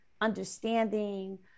understanding